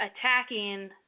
attacking